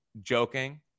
joking